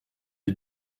les